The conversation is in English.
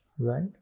Right